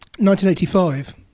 1985